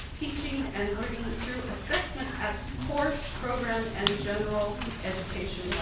teaching and assessment at course program and general education